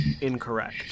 incorrect